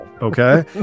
okay